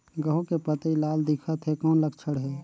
गहूं के पतई लाल दिखत हे कौन लक्षण हे?